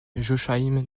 joachim